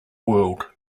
world